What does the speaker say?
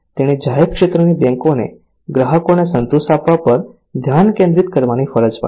તેણે જાહેર ક્ષેત્રની બેંકોને ગ્રાહકોને સંતોષ આપવા પર ધ્યાન કેન્દ્રિત કરવાની ફરજ પાડી